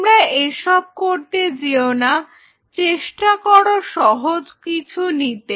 তোমরা এসব করতে যেও না চেষ্টা করো সহজ কিছু নিতে